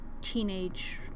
teenage